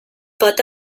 pot